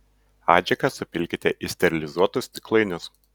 adžiką supilkite į sterilizuotus stiklainius